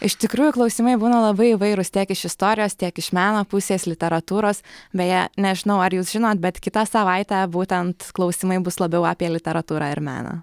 iš tikrųjų klausimai būna labai įvairūs tiek iš istorijos tiek iš meno pusės literatūros beje nežinau ar jūs žinot bet kitą savaitę būtent klausimai bus labiau apie literatūrą ir meną